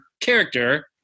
character